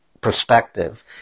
perspective